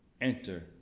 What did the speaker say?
enter